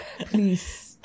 Please